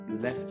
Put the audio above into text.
less